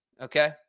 Okay